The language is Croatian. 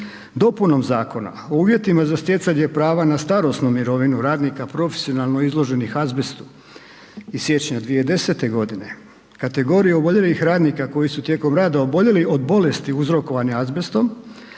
Dopunom Zakona o uvjetima za stjecanje prava na starosnu mirovinu radnika profesionalno izloženih azbestu iz siječnja 2010. g. kategorije oboljelih radnika koji su tijekom rada oboljeli od bolesti uzrokovanih azbestom